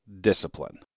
discipline